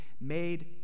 made